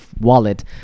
wallet